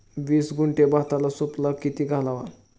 वीस गुंठे भाताला सुफला किती घालावा?